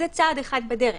זה צעד אחד בדרך.